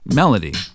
melody